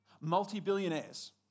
Multi-billionaires